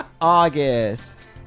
August